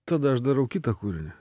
tada aš darau kitą kūrinį